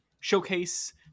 showcase